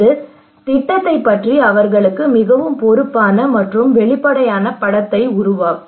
இது திட்டத்தைப் பற்றி அவர்களுக்கு மிகவும் பொறுப்பான மற்றும் வெளிப்படையான படத்தை உருவாக்கும்